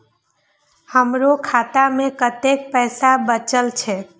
हमरो खाता में कतेक पैसा बचल छे?